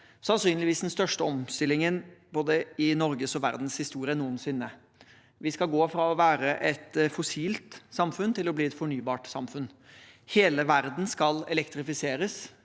sannsynligvis største omstillingen i både norges- og verdenshistorien noensinne. Vi skal gå fra å være et fossilt samfunn til å bli et fornybart samfunn. Hele verden skal elektrifiseres.